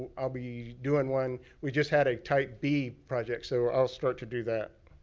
i'll be doing one. we just had a type b project. so, i'll start to do that.